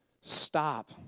stop